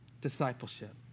discipleship